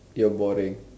you're boring